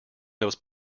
those